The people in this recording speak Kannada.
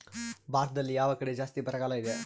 ಭಾರತದಲ್ಲಿ ಯಾವ ಕಡೆ ಜಾಸ್ತಿ ಬರಗಾಲ ಇದೆ?